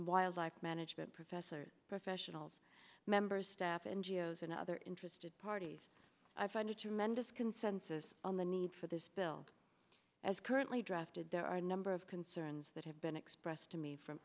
wildlife management professor professionals members staff n g o s and other interested parties i find a tremendous consensus on the need for this bill as currently drafted there are a number of concerns that have been expressed to me from